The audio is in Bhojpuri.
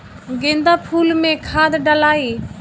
गेंदा फुल मे खाद डालाई?